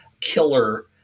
killer